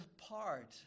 apart